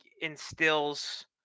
instills